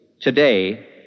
today